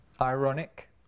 ironic